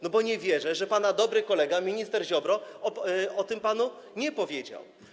Nie wierzę, że pana dobry kolega, minister Ziobro, o tym panu nie powiedział.